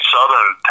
Southern